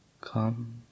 come